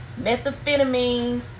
methamphetamine